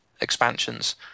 expansions